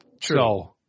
True